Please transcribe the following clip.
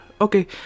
okay